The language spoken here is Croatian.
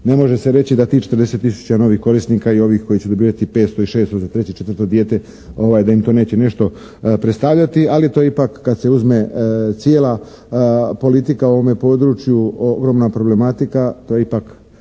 Ne može se reći da tih 40 tisuća novih korisnika i ovih koji će dobivati 500 i 600 za treće i četvrto dijete, da im to neće nešto predstavljati, ali to ipak kad se uzme cijela politika u ovome području ogromna problematika to je ipak